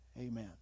Amen